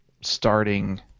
starting